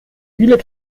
viele